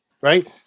Right